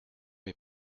est